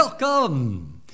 welcome